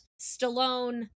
Stallone